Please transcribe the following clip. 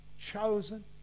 chosen